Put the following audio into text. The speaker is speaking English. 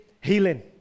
healing